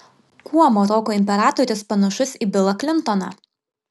kuo maroko imperatorius panašus į bilą klintoną